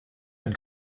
i’d